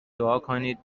دعاکنید